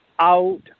out